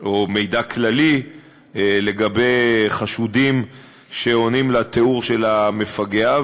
או מידע כללי לגבי חשודים שעונים על התיאור של המפגע.